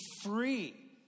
free